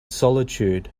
solitude